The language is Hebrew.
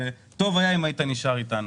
וטוב היה אם היית נשאר איתנו.